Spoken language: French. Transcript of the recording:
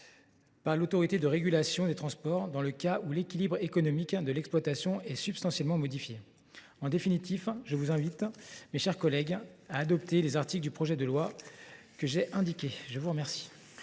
par l’Autorité de régulation des transports, dans le cas où l’équilibre économique de l’exploitation est substantiellement modifié. En définitive, je vous invite, mes chers collègues, à adopter les articles du projet de loi que j’ai évoqués. La parole